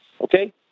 okay